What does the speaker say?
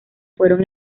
fueron